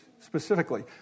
specifically